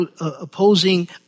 opposing